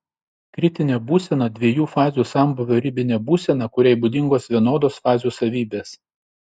kritinė būsena dviejų fazių sambūvio ribinė būsena kuriai būdingos vienodos fazių savybės